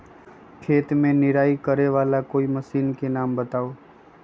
खेत मे निराई करे वाला कोई मशीन के नाम बताऊ?